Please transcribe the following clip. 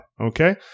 okay